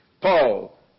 Paul